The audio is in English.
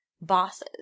bosses